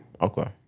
Okay